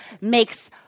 makes